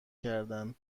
کردن